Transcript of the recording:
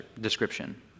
description